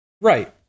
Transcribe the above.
Right